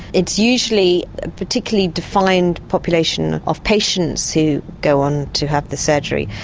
it's usually a particularly defined population of patients who go on to have the surgery.